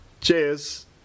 cheers